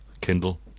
Kindle